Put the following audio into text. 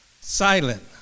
silent